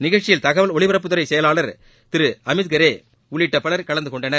நிகழ்ச்சியில் தகவல் ஒலிபரப்புத்துறை செயலாளர் திரு அமித்ஹெர் உள்ளிட்ட பவர் கலந்துகொண்டனர்